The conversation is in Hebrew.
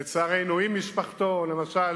לצערנו, עם משפחתו, למשל